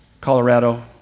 Colorado